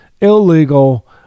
illegal